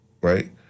right